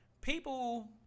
people